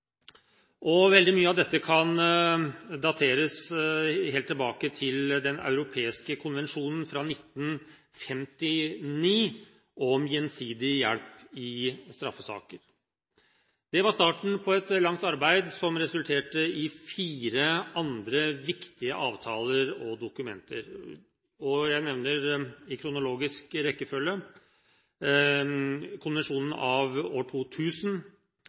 justissamarbeid. Veldig mye av dette kan dateres helt tilbake til Den europeiske konvensjonen fra 1959, om gjensidig hjelp i straffesaker. Det var starten på et langt arbeid som resulterte i fire andre viktige avtaler og dokumenter. Jeg nevner i kronologisk rekkefølge: Konvensjonen av år 2000,